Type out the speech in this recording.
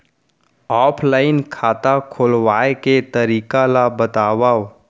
Offline खाता खोलवाय के तरीका ल बतावव?